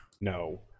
No